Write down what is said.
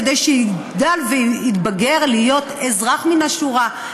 כדי שיגדל ויתבגר להיות אזרח מן השורה,